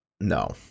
No